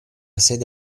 sede